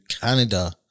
Canada